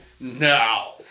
Now